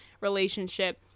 relationship